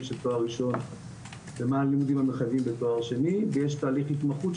של תואר ראשון ומה הלימודים המחייבים בתואר שני ויש תהליך התמחות,